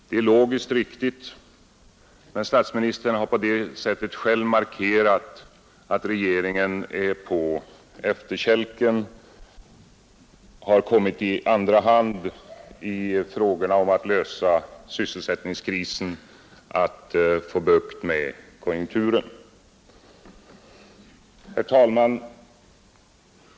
Det är logiskt riktigt, men statsministern har på det sättet själv markerat att regeringen är på efterkälken, har kommit i andra hand i fråga om att klara sysselsättningskrisen och få bukt med konjunkturen. Herr talman!